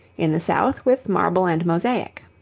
in the south with marble and mosaic.